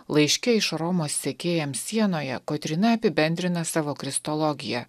laiške iš romos sekėjams sienoje kotryna apibendrina savo kristologiją